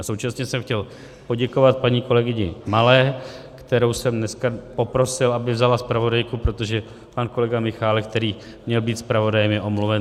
Současně jsem chtěl poděkovat paní kolegyni Malé, kterou jsem dneska poprosil, aby vzala zpravodajku, protože pan kolega Michálek, který měl být zpravodajem, je omluven.